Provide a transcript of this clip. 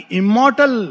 immortal